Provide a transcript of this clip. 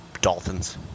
Dolphins